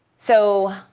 so